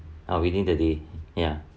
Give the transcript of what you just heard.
oh within the day ya